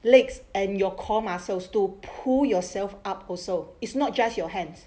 legs and your core muscles to pull yourself up also it's not just your hands